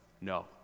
no